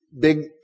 big